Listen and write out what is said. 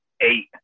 eight